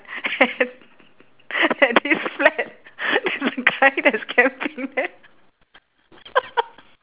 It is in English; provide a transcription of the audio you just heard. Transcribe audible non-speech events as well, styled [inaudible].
at [laughs] at this flat there's a guy that's camping there